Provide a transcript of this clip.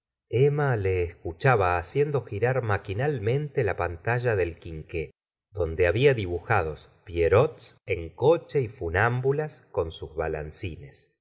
emma le escuchaba haciendo girar maquinalmente la pantalla del quinqué donde había dibujados pierrots en coche y funámbulas con sus